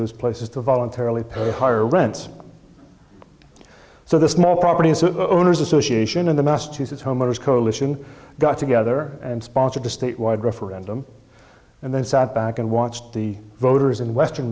those places to voluntarily per higher rents so the small property owners association in the massachusetts homeowners coalition got together and sponsored a state wide referendum and then sat back and watched the voters in western